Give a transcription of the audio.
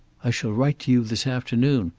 i shall write to you this afternoon,